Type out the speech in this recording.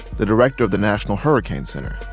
the director of the national hurricane center.